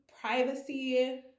privacy